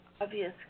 obvious